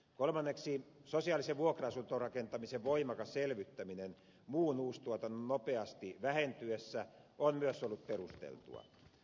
kolmanneksi sosiaalisen vuokra asuntorakentamisen voimakas elvyttäminen muun uustuotannon nopeasti vähentyessä on myös ollut perusteltua